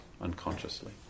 unconsciously